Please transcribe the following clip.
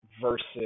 versus